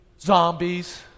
Zombies